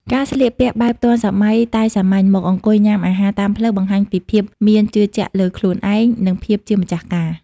ការស្លៀកពាក់បែបទាន់សម័យតែសាមញ្ញ មកអង្គុយញ៉ាំអាហារតាមផ្លូវ បង្ហាញពីភាពមានជឿជាក់លើខ្លួនឯង និងភាពជាម្ចាស់ការ។